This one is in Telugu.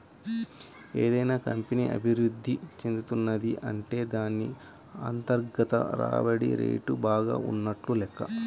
ఏదైనా కంపెనీ అభిరుద్ధి చెందుతున్నది అంటే దాన్ని అంతర్గత రాబడి రేటు బాగా ఉన్నట్లు లెక్క